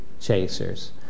chasers